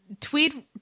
Tweed